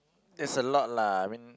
there's a lot lah I mean